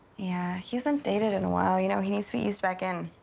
yeah. he hasn't dated in a while. you know he needs to be eased back in.